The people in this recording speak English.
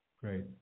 Great